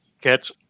get